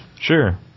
Sure